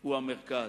היא המרכז,